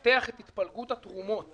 לנתח את התפלגות התרומות